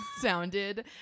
sounded